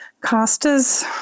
Costas